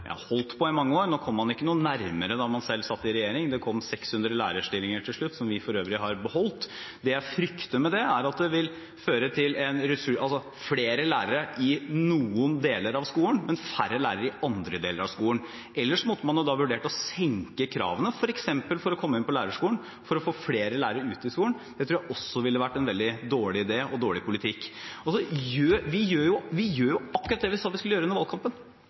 holdt på i mange år – nå kom man ikke noe nærmere da man selv satt i regjering, det kom 600 lærerstillinger til slutt, som vi for øvrig har beholdt – er at det vil føre til flere lærere i noen deler av skolen, men færre lærere i andre deler av skolen. Ellers måtte man vurdert å senke kravene, f.eks. for å komme inn på lærerskolen, for å få flere lærere ut i skolen. Det tror jeg også ville vært en veldig dårlig idé og dårlig politikk. Vi gjør akkurat det vi sa vi skulle gjøre under valgkampen. Vi sa vi skulle innføre en femårig masterutdanning, planen kommer nå. Vi sa vi skulle